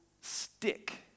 stick